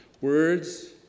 Words